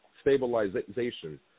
stabilization